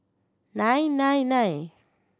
nine nine nine